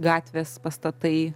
gatvės pastatai